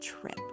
trip